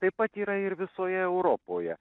taip pat yra ir visoje europoje